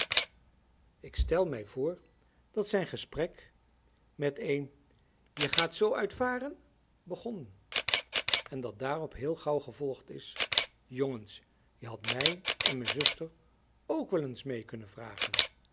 ik stel mij voor dat zijn gesprek met een je gaat zoo uit varen begonnen en dat daarop heel gauw gevolgd is jongens je hadt mij en me zuster ook wel eens mee kunnen vragen